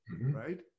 right